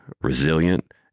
resilient